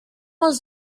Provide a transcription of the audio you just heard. was